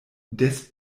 des